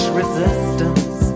resistance